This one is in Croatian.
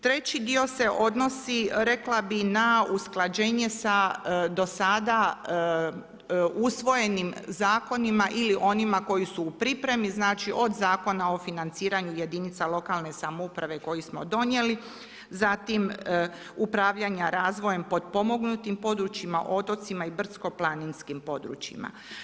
Treći dio se odnosi rekla, bi na usklađenje, do sada usvojenim zakonima, ili onima koji su u pripremi, znači od Zakona o financiranju jedinica lokalne samouprave, koji smo donijeli, zatim upravljanja razvoja potpomognutim područjima, otocima i brdsko planinskim područjima.